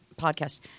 podcast